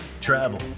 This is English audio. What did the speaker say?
travel